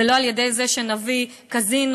ולא על-ידי זה שנביא קזינו,